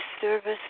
service